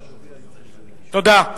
תודה.